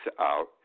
out